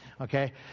Okay